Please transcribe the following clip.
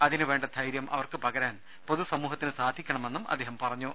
അതിനുവേണ്ട ധൈരൃം അവർക്കു പകരാൻ പൊതുസമൂഹത്തിന് സാധിക്കണമെന്നും അദ്ദേഹം പറഞ്ഞു